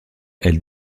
elle